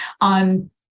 on